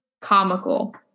comical